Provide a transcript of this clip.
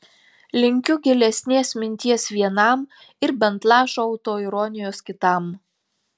linkiu gilesnės minties vienam ir bent lašo autoironijos kitam